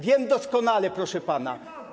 Wiem doskonale, proszę pana.